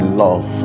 love